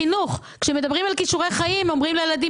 כאשר מדברים על כישורי חיים אומרים לילדים